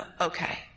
okay